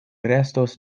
restos